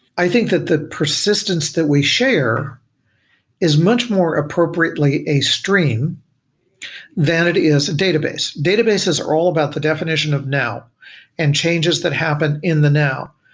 i think that the persistence that we share is much more appropriately a stream than it is a database databases are all about the definition of now and changes that happen in the now.